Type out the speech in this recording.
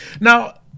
Now